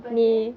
but then